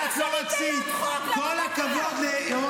לקריאה ראשונה --- למה אתם --- אוה,